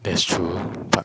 that's true